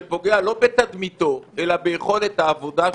שפוגע לא בתדמיתו, אלא ביכולת העבודה שלו.